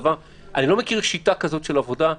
אני לא מכיר שיטה כזו של עבודה.